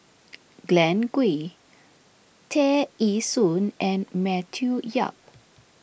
Glen Goei Tear Ee Soon and Matthew Yap